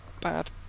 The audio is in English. bad